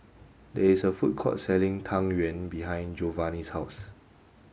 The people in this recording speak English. there is a food court selling Tang Yuen behind Jovanni's house